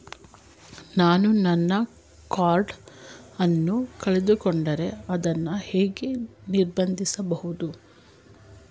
ನಾನು ನನ್ನ ಕಾರ್ಡ್ ಅನ್ನು ಕಳೆದುಕೊಂಡರೆ ಅದನ್ನು ಹೇಗೆ ನಿರ್ಬಂಧಿಸಬಹುದು?